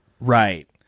Right